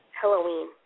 Halloween